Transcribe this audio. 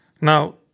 Now